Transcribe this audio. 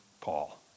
Paul